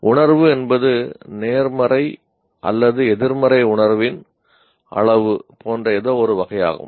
உணர்வு என்பது நேர்மறை அல்லது எதிர்மறை உணர்வின் அளவு போன்ற எதோ ஒரு வகை ஆகும்